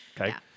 Okay